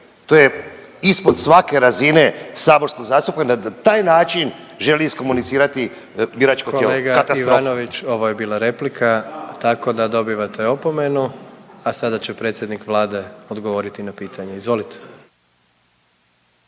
to je ispod svake razine saborskog zastupnika da na taj način želi iskomunicirati biračko tijelo.